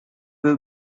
will